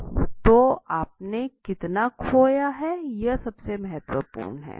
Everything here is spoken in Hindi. तो आपने कितना खोया है यह सबसे महत्वपूर्ण है